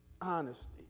honesty